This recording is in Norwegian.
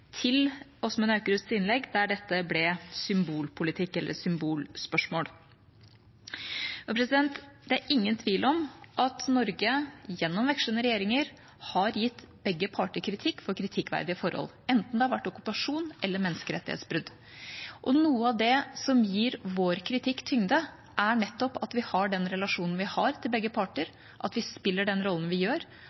dette ble symbolpolitikk eller symbolspørsmål. Det er ingen tvil om at Norge, gjennom vekslende regjeringer, har gitt begge parter kritikk for kritikkverdige forhold, enten det har vært okkupasjon eller menneskerettighetsbrudd. Noe av det som gir vår kritikk tyngde, er nettopp at vi har den relasjonen vi har til begge parter, at vi spiller den rollen vi gjør,